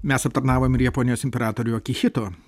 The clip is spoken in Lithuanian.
mes aptarnavom ir japonijos imperatorių akihito